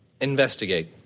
Investigate